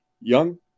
young